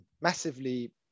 massively